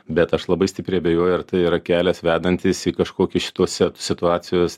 bet aš labai stipriai abejoju ar tai yra kelias vedantis į kažkokį šituose situacijos